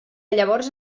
llavors